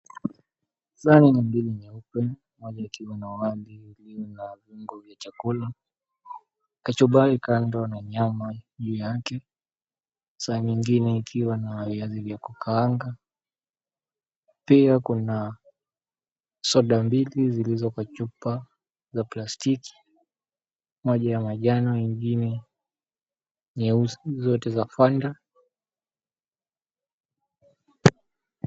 Sahani ni mbili nyeupe, moja ikiwa na wali iliyo na viungo vya chakula, kachumbari kando na nyama juu yake, sahani ingine ikiwa na viazi vya kukaanga. Pia kuna soda mbili zilizo kwa chupa za plastiki, moja ya manjano ingine nyeusi, zote za Fanta.